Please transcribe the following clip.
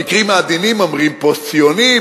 במקרים העדינים אומרים "פוסט-ציוני",